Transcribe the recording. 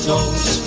Toes